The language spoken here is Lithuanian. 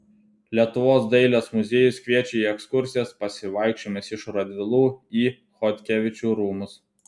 lietuvos dailės muziejus kviečia į ekskursijas pasivaikščiojimas iš radvilų į chodkevičių rūmus